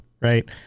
right